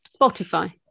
Spotify